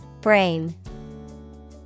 Brain